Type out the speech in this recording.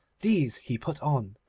these he put on,